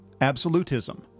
absolutism